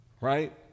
right